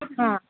हां